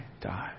die